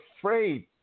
afraid